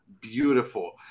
beautiful